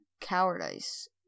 cowardice